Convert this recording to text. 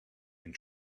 and